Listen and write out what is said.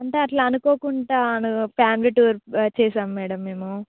అంటే అట్లా అనుకోకుండాను ఫ్యామిలీ టూర్ చేసాము మేడం మేము